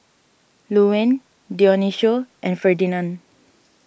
Luanne Dionicio and Ferdinand